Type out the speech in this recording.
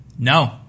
No